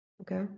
okay